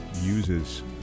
uses